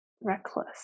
reckless